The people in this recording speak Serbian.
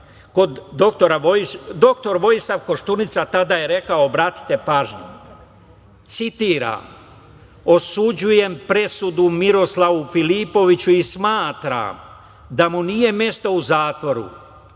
Doktor Vojislav Koštunica tada je rekao, obratite pažnju, citiram: „Osuđujem presudu Miroslavu Filipoviću i smatram da mu nije mesto u zatvoru.“